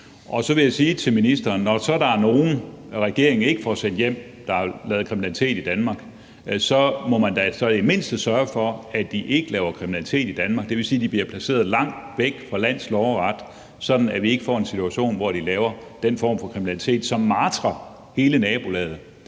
Jeg vil så sige til ministeren, at man, når der så er nogle, der har lavet kriminalitet i Danmark, og som regeringen ikke får sent hjem, da så i det mindste må sørge for, at de ikke laver kriminalitet i Danmark, og det vil sige, at de bliver placeret langt væk fra lands lov og ret, sådan at vi ikke får en situation, hvor de laver den form for kriminalitet, som martrer hele nabolaget.